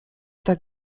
tak